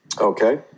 Okay